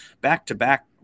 Back-to-back